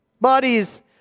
Bodies